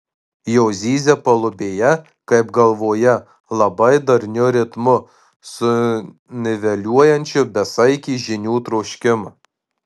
jos zyzia palubėje kaip galvoje labai darniu ritmu suniveliuojančiu besaikį žinių troškimą